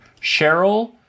Cheryl